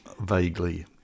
Vaguely